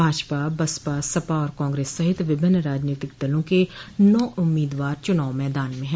भाजपा बसपा सपा और कांग्रेस सहित विभिन्न राजनीतिक दलों के नौं उम्मीदवार चुनाव मैदान में है